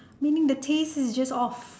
meaning the taste is just off